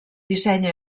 disseny